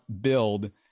build